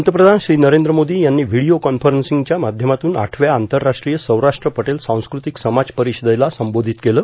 पंतप्रधान श्री नरेंद्र मोदी यांनी व्हिडिओ कॉक्फरब्सिंगच्या माध्यमातून आठव्या आंतरराष्ट्रीय सौराष्ट्र पटेल सांस्कृतिक समाज परिषदेला संबोधित केलं